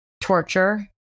Torture